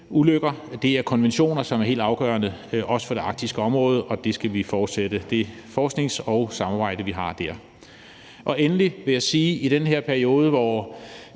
industriulykker. Det er konventioner, som er helt afgørende også for det arktiske område, og vi skal fortsætte med den forskning og det samarbejde, vi har der. Endelig vil jeg sige: I den her periode, hvor